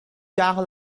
jahre